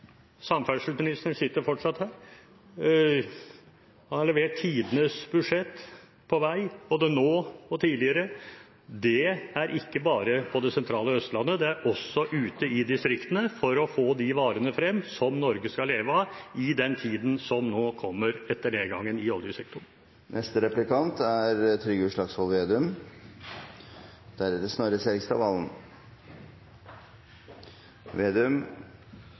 Samferdselsministeren sitter fortsatt her. Han har levert tidenes budsjett på vei – både nå og tidligere. Det er ikke bare på det sentrale Østlandet, det er også ute i distriktene, for å få varene frem – som Norge skal leve av i tiden som kommer etter nedgangen i oljesektoren. Høyre har vanligvis veldig tro på skattekutt. Derfor forundrer det meg, når ledigheten er